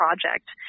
project